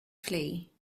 flee